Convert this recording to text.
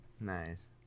Nice